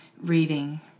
reading